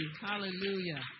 hallelujah